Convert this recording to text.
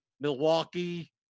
Milwaukee